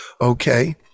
Okay